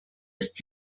ist